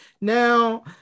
Now